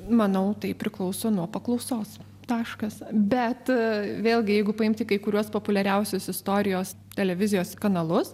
manau tai priklauso nuo paklausos taškas bet vėlgi jeigu paimti kai kuriuos populiariausius istorijos televizijos kanalus